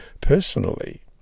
personally